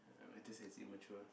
this is immature